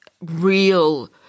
real